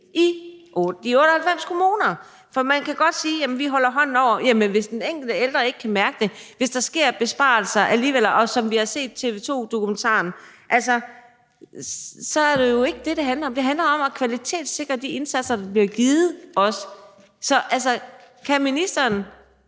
i de 98 kommuner? For man kan godt sige, at vi holder hånden over det, men måske kan den enkelte ældre ikke mærke det. Der kan ske besparelser alligevel – og som vi har set det med TV 2-dokumentaren, så er det jo ikke det, det handler om. Det handler også om at kvalitetssikre de indsatser, der bliver givet. Nu har formanden